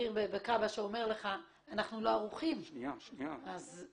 וגם לשליטה מלאה בתוך השדה עצמו